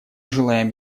желаем